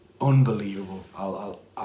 Unbelievable